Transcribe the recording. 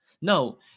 No